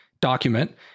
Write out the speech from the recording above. document